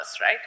right